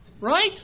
Right